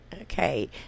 Okay